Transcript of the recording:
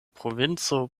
provinco